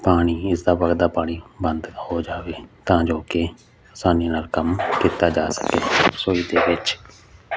ਪਾਣੀ ਇਸਦਾ ਵੱਗਦਾ ਪਾਣੀ ਬੰਦ ਹੋ ਜਾਵੇ ਤਾਂ ਜੋ ਕਿ ਆਸਾਨੀ ਨਾਲ ਕੰਮ ਕੀਤਾ ਜਾ ਸਕੇ ਰਸੋਈ ਦੇ ਵਿੱਚ